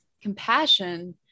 Compassion